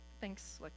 thanks